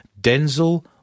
Denzel